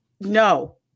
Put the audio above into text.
no